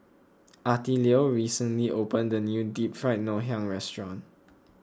Attilio recently opened a new Deep Fried Ngoh Hiang restaurant